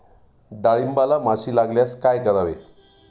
डाळींबाला माशी लागल्यास काय करावे?